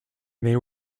they